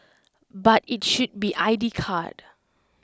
but IT should be I D card